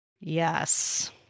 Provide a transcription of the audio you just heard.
Yes